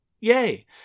yay